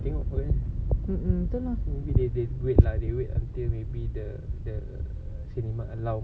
mm mm true lah